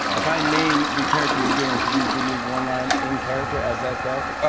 if i name the character you're doing, could you give me one line in character as that character?